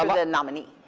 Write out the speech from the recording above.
um and nominee.